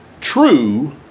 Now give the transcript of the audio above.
true